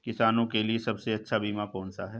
किसानों के लिए सबसे अच्छा बीमा कौन सा है?